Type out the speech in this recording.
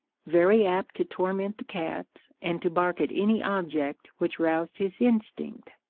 very apt to torment the cats, and to bark at any object which roused his instinct.